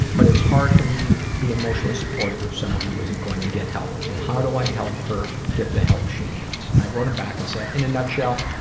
but it's hard for me to be emotionally supportive of someone who isn't going to get help. and how do i help her get the help she needs? i wrote him back and said, in a nutshell,